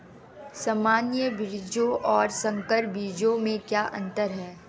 सामान्य बीजों और संकर बीजों में क्या अंतर है?